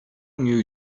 new